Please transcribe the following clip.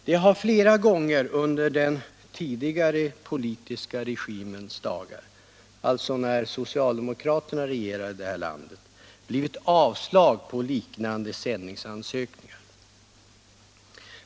Det har flera gånger under den tidigare politiska regimens dagar — alltså när socialdemokraterna regerade i det här landet — blivit avslag på liknande sändningsansökningar.